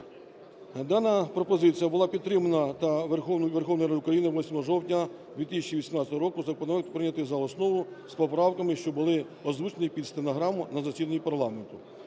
Дана пропозиція була підтримана Верховною Радою України 8 жовтня 2018 року. Законопроект прийнятий за основу з поправками, що були озвучені під стенограму на засіданні парламенту.